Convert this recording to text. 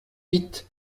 huit